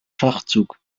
schachzug